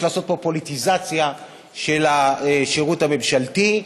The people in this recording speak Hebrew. לעשות פה: פוליטיזציה של השירות הממשלתי,